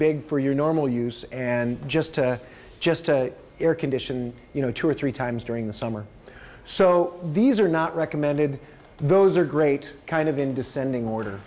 big for your normal use and just to just air condition you know two or three times during the summer so these are not recommended those are great kind of in descending order